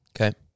Okay